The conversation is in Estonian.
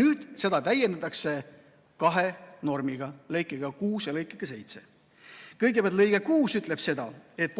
Nüüd seda täiendatakse kahe normiga, lõikega 6 ja lõikega 7. Kõigepealt, lõige 6 ütleb seda: